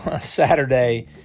saturday